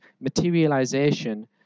materialization